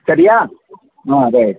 சரியா ஆ ரைட்